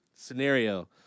Scenario